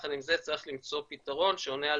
יחד עם זה צריך למצוא פתרון שעונה על